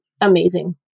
Amazing